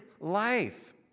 life